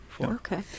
Okay